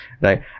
right